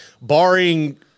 barring